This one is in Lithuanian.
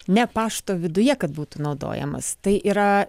ne pašto viduje kad būtų naudojamas tai yra